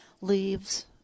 leaves